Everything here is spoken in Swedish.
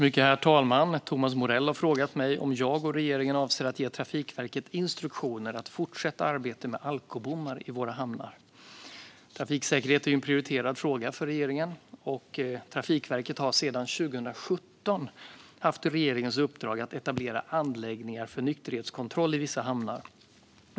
Herr talman! Thomas Morell har frågat mig om jag och regeringen avser att ge Trafikverket instruktioner att fortsätta arbetet med alkobommar i våra hamnar. Trafiksäkerhet är en prioriterad fråga för regeringen, och Trafikverket har sedan 2017 haft regeringens uppdrag att etablera anläggningar för nykterhetskontroll i vissa hamnar.